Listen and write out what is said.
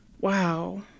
Wow